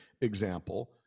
example